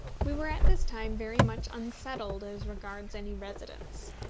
we were at this time very much unsettled as regards any residence.